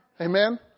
Amen